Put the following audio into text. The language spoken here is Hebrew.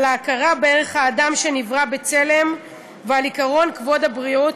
על ההכרה בערך האדם שנברא בצלם ועל עקרון כבוד הבריות,